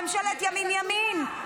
ממשלת ימין ימין.